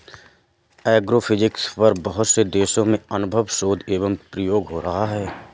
agrophysics पर बहुत से देशों में अभिनव शोध एवं प्रयोग हो रहा है